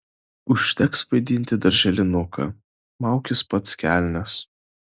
užteks vaidinti darželinuką maukis pats kelnes